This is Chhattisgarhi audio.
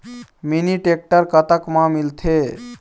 मिनी टेक्टर कतक म मिलथे?